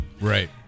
Right